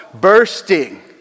bursting